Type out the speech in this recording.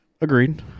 Agreed